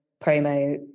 promo